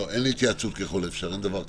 לא, אין התייעצות ככל האפשר, אין דבר כזה.